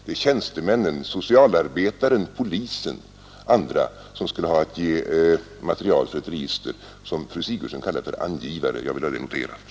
Det är tjänstemännen — socialarbetaren, polisen och andra — som skulle ha att ge material till ett register som fru Sigurdsen kallar för angivare. Jag vill ha det noterat.